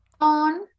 on